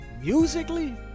musically